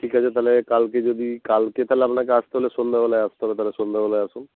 ঠিক আছে তাহলে কালকে যদি কালকে তাহলে আপনাকে আসতে হলে সন্ধ্যাবেলায় আসতে হবে তাহলে সন্ধ্যাবেলায় আসুন